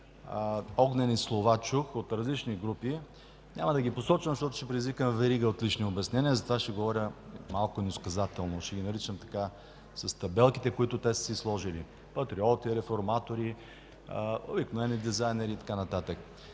огнени слова от различни групи. Няма да ги посочвам, защото ще предизвикам верига от лични обяснения. Затова ще говоря малко иносказателно, ще ги наричам с табелките, които те са си сложили – патриоти, реформатори, обикновени дизайнери и така нататък.